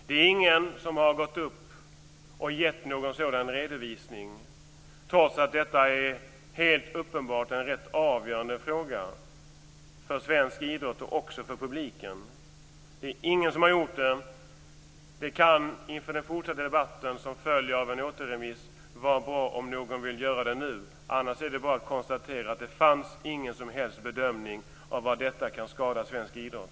Det är ingen som har gett någon sådan redovisning, trots att detta helt uppenbart är en avgörande fråga för svensk idrott och för publiken. Det kan inför den fortsatta debatten som följer av en återremiss vara bra om någon gör det nu. Annars är det bara att konstatera att det inte fanns någon bedömning av hur detta kan skada svensk idrott.